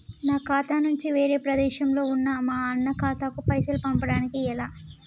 నా ఖాతా నుంచి వేరొక ప్రదేశంలో ఉన్న మా అన్న ఖాతాకు పైసలు పంపడానికి ఎలా?